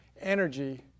energy